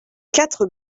quatre